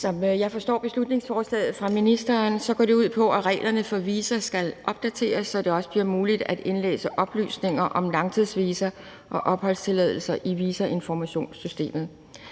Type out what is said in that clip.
Som jeg forstår beslutningsforslaget fra ministeren, går det ud på, at reglerne for visa skal opdateres, så det også bliver muligt at indlæse oplysninger om langtidsvisa og opholdstilladelser i visuminformationssystemet.